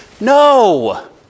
No